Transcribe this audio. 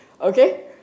Okay